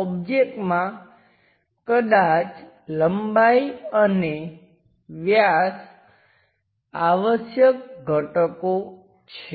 ઓબ્જેક્ટમાં કદાચ લંબાઈ અને વ્યાસ આવશ્યક ઘટકો છે